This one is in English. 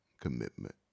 commitment